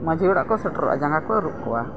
ᱢᱟᱺᱡᱷᱤ ᱚᱲᱟᱜ ᱠᱚ ᱥᱮᱴᱮᱨᱚᱜᱼᱟ ᱡᱟᱸᱜᱟ ᱠᱚ ᱟᱹᱨᱩᱵ ᱠᱚᱣᱟ